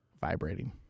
Vibrating